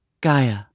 Gaia